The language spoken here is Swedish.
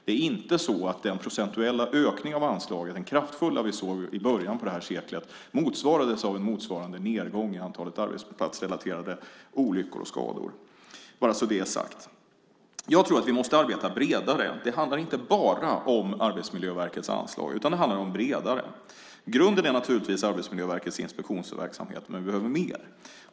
Det är inte så att den procentuella ökningen av anslagen, den kraftfulla som vi såg i början av detta sekel, motsvarades av en motsvarande nedgång i antalet arbetsplatsrelaterade olyckor och skador. Så är det sagt. Jag tror att vi måste arbeta bredare. Det handlar inte bara om Arbetsmiljöverkets anslag, utan det handlar om något bredare. Grunden är naturligtvis Arbetsmiljöverkets inspektionsverksamhet. Men vi behöver mer.